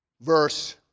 verse